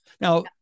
Now